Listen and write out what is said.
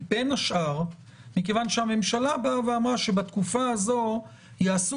בין השאר מכיוון שהממשלה באה ואמרה שבתקופה הזו יעשו